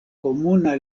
komuna